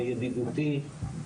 וידידותי,